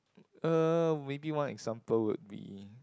uh maybe one example would be